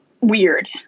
Weird